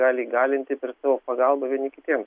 gali įgalinti per savo pagalbą vieni kitiems